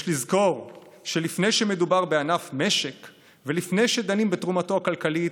יש לזכור שלפני שמדובר בענף משק ולפני שדנים בתרומתו הכלכלית,